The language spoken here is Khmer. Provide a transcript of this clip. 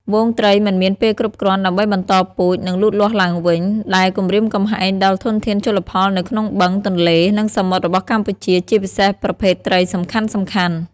ហ្វូងត្រីមិនមានពេលគ្រប់គ្រាន់ដើម្បីបន្តពូជ និងលូតលាស់ឡើងវិញ ដែលគំរាមកំហែងដល់ធនធានជលផលនៅក្នុងបឹង ទន្លេ និងសមុទ្ររបស់កម្ពុជា ជាពិសេសប្រភេទត្រីសំខាន់ៗ។